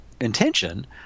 intention